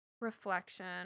reflection